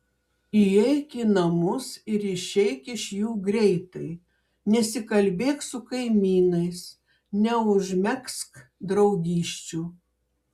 įeik į namus ir išeik iš jų greitai nesikalbėk su kaimynais neužmegzk draugysčių